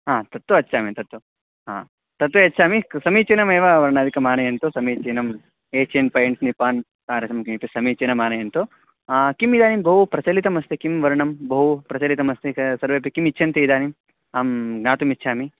हा तत्तु यच्छामि तत्तु हा तत्तु यच्छामि क् समीचीनमेव वर्णादिकम् आनयन्तु समीचीनम् एषियन् पेय्ण्ट्स् निप्पान् तादृशं किमपि समीचीनम् आनयन्तु किम् इदानीं बहु प्रचलितमस्ति किं वर्णं बहु प्रचलितमस्ति का सर्वेपि किम् इच्छन्ति इदानीम् अहं ज्ञातुमिच्छामि